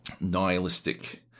nihilistic